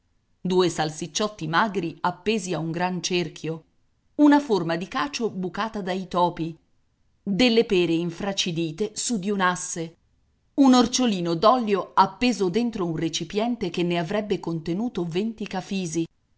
due salsicciotti magri appesi a un gran cerchio una forma di cacio bucata dai topi delle pere infracidite su di un'asse un orciolino d'olio appeso dentro un recipiente che ne avrebbe contenuto venti cafisi un